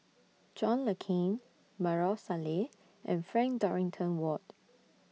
John Le Cain Maarof Salleh and Frank Dorrington Ward